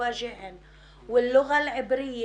בעברית שהדיון הזה הוא בשבילן והן צריכות